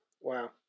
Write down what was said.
wow